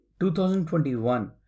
2021